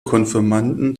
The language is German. konfirmanden